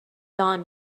dawn